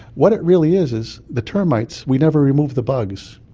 what it really is is the termites. we never removed the bugs.